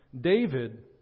David